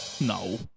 No